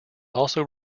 also